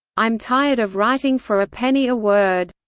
i'm tired of writing for a penny a word.